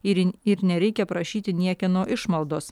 ir ir nereikia prašyti niekieno išmaldos